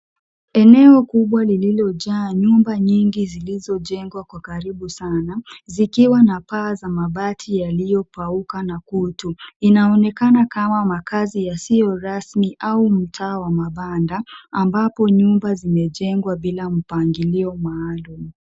Eneo kubwa lililojaa nyumba nyingi zilizojengwa kwa karibu sana zikiwa na paa za mabati yaliyopauka na kutu. Inaonekana kama makazi yasiyo rasmi au mtaa wa mabanda ambako nyumba zimejengwa bila mpangilio maalum.